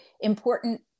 important